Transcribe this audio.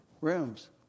rooms